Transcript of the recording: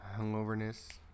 hungoverness